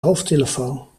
hoofdtelefoon